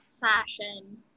Fashion